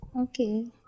Okay